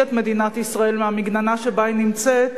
את מדינת ישראל מהמגננה שבה היא נמצאת